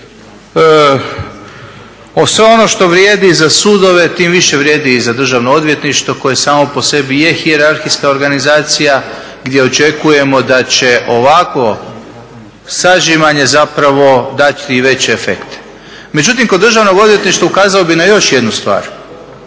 Sve ono što vrijedi za sudove tim više vrijedi i za Državno odvjetništvo koje samo po sebi je hijerarhijska organizacija gdje očekujemo da će ovakvo sažimanje zapravo dati i veće efekte. Međutim, kod Državnog odvjetništva ukazao bih na još jednu stvar,